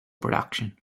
production